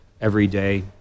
everyday